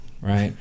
right